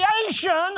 creation